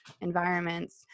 environments